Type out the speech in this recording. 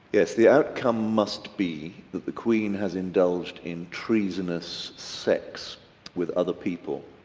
yes. the outcome must be that the queen has indulged in treasonous sex with other people,